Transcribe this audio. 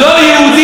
לא יהודי,